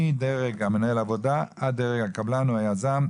מדרג מנהל העבודה עד דרג הקבלן או היזם,